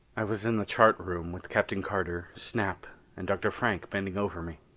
i was in the chart room with captain carter, snap and dr. frank bending over me.